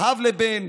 מאב לבן,